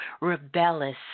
rebellious